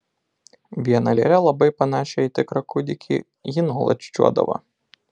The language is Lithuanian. vieną lėlę labai panašią į tikrą kūdikį ji nuolat čiūčiuodavo